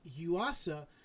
Yuasa